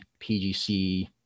pgc